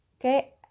Okay